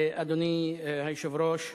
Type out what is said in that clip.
אדוני היושב-ראש,